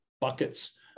buckets